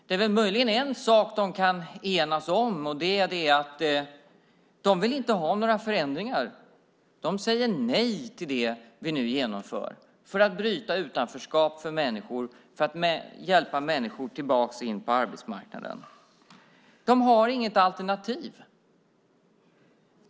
Det är möjligen en sak som de kan enas om, och det är att de inte vill ha några förändringar. De säger nej till det som vi nu genomför för att bryta utanförskap för människor, för att hjälpa människor tillbaka in på arbetsmarknaden. De har inget alternativ.